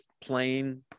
plain